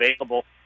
available